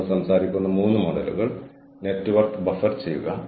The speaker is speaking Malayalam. അത് ടീമിന്റെ ഫലങ്ങളിലേക്ക് ഫീഡ് ചെയ്യുന്നു